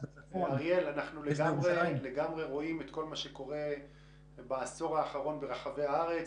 אנחנו לגמרי רואים את כל מה שקורה בעשור האחרון ברחבי הארץ.